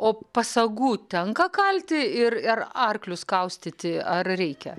o pasagų tenka kalti ir ir arklius kaustyti ar reikia